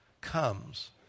comes